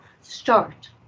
start